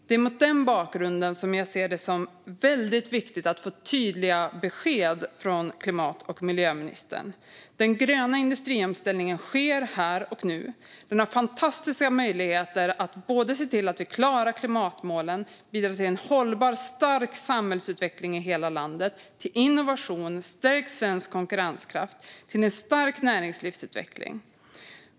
Det är mot den bakgrunden som jag ser det som väldigt viktigt att få tydliga besked från klimat och miljöministern. Den gröna industriomställningen sker här och nu. Den har fantastiska möjligheter att se till att vi klarar klimatmålen och att bidra till en hållbar stark samhällsutveckling i hela landet och till innovation, stärkt svensk konkurrenskraft och en stark näringslivsutveckling.